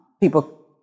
people